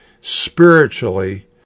spiritually